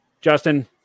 Justin